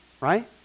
Right